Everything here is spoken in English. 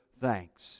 thanks